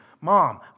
Mom